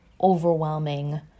overwhelming